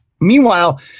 Meanwhile